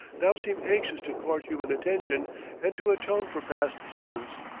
now seem anxious to court human attention and to atone for past sins.